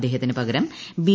അദ്ദേഹത്തിനു പകരം ബി